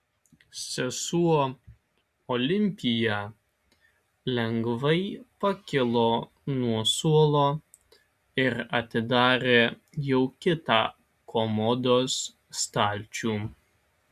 sesuo olimpija lengvai pakilo nuo suolo ir atidarė jau kitą komodos stalčių